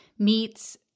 meets